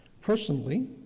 Personally